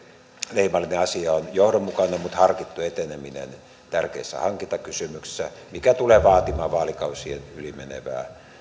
leimallinen asia on johdonmukainen mutta harkittu eteneminen tärkeissä hankintakysymyksissä mikä tulee vaatimaan vaalikausien ylimenevää